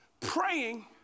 praying